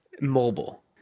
mobile